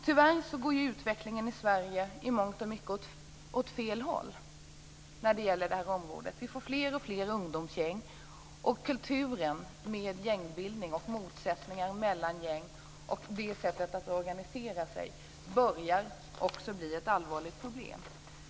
Tyvärr går utvecklingen i Sverige i mångt och mycket åt fel håll på detta område. Vi får fler och fler ungdomsgäng. Gängkulturen - gängbildningar och motsättningar mellan gäng - börjar också bli ett allvarligt problem.